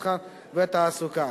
המסחר והתעסוקה.